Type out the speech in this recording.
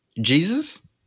Jesus